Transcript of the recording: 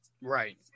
Right